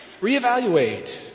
reevaluate